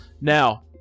Now